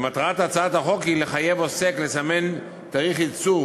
מטרת הצעת החוק היא לחייב עוסק לסמן תאריך ייצור